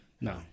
no